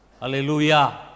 Hallelujah